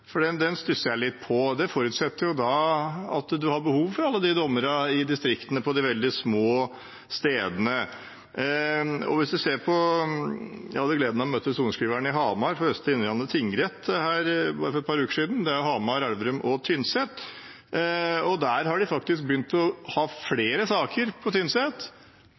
for det stusser jeg over. Det forutsetter at man har behov for alle de dommerne i distriktene og på de veldig små stedene. Jeg hadde gleden av å møte sorenskriveren i Hamar, ved Østre Innlandet tingrett, som har rettssteder på Hamar, Elverum og Tynset, for et par uker siden. På Tynset har de faktisk begynt å ha flere saker – ikke fordi det er flere saker på Tynset,